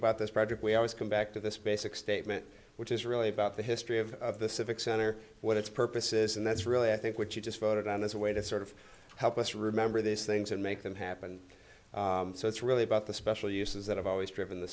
about this project where i was come back to this basic statement which is really about the history of the civic center what its purposes and that's really i think what you just voted on is a way to sort of help us remember these things and make them happen so it's really about the special uses that have always driven the